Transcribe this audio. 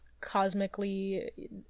cosmically